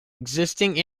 existing